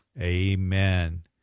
amen